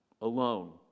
Alone